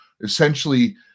essentially